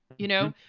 you know,